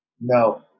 no